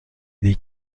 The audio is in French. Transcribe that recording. des